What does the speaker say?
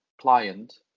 client